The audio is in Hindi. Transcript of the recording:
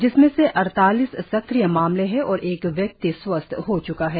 जिसमें से अइतालीस सक्रिय मामले है और एक व्यक्ति स्वस्थ हो च्का है